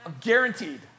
Guaranteed